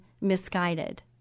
misguided